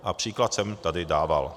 A příklad jsem tady dával.